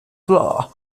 floor